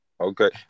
Okay